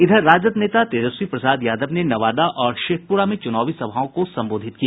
इधर राजद नेता तेजस्वी प्रसाद यादव ने नवादा और शेखपुरा में चुनावी सभाओं को संबोधित किया